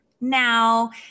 now